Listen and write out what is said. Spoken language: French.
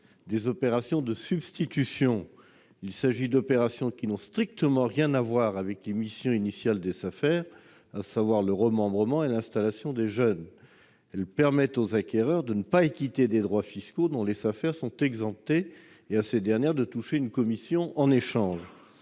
opérations de substitution. Il s'agit d'opérations qui n'ont strictement rien à voir avec les missions initiales des Safer, à savoir le remembrement et l'installation des jeunes et qui permettent aux acquéreurs de ne pas s'acquitter des droits fiscaux, dont les Safer sont exemptées, et à ces dernières de toucher une commission en échange.